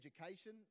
education